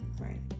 Right